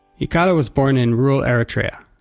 yikealo was born in rural eritrea.